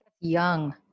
Young